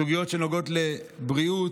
בסוגיות שנוגעות לבריאות,